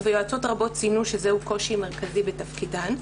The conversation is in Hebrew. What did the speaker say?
ויועצות רבות ציינו שזה הוא קושי מרכזי בתפקידן.